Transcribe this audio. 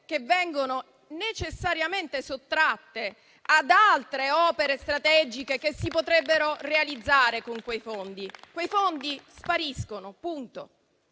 che vengono necessariamente sottratte ad altre opere strategiche che si potrebbero realizzare con quei fondi? Quei fondi spariscono. Anche